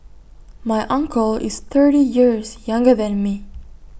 my uncle is thirty years younger than me